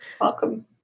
Welcome